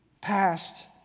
past